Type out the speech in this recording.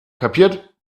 kapiert